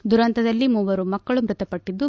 ದುರಂತದಲ್ಲಿ ಮೂವರು ಮಕ್ಕಳು ಮೃತಪಟ್ಟಿದ್ದು